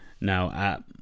Now